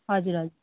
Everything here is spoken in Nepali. हजुर हजुर